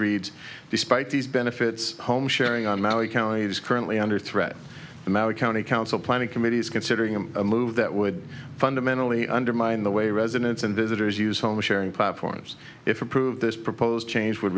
reads despite these benefits home sharing on maui county is currently under threat from our county council planning committee is considering a move that would fundamentally undermine the way residents and visitors use home sharing platforms if approved this proposed change would